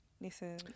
Listen